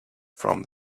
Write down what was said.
from